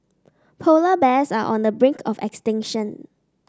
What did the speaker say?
polar bears are on the brink of extinction